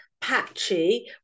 patchy